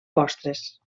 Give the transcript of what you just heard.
postres